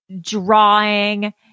drawing